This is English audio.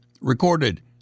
recorded